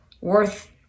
worth